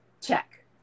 check